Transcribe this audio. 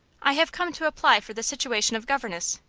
i have come to apply for the situation of governess,